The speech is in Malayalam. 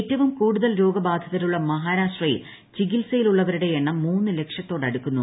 ഏറ്റവും കൂടുതൽ രോഗബാബാധിതരുള്ള മഹാരാഷ്ട്രയിൽ ചികിത്സയിൽ ഉള്ളവരുടെ എണ്ണം മൂന്നുലക്ഷത്തോട് അടുക്കുന്നു